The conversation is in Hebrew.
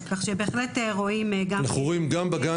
כך שבהחלט רואים --- אנחנו רואים גם בגן